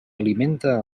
alimenta